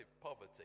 poverty